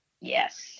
Yes